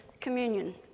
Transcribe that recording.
communion